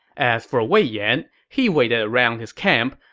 as for wei yan, he waited around his camp,